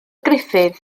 griffith